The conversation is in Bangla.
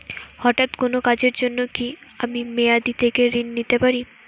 হঠাৎ কোন কাজের জন্য কি আমি মেয়াদী থেকে ঋণ নিতে পারি?